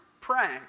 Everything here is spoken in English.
praying